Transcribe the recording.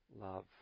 love